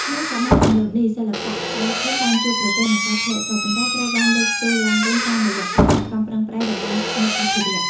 នៅសម័យទំនើបនេះ សិល្បៈស្បែកធំបានជួបប្រទះនឹងការធ្លាក់ចុះ ប៉ុន្តែត្រូវបានលើកស្ទួយឡើងវិញតាមរយៈការខិតខំប្រឹងប្រែងរបស់អ្នកអភិរក្ស។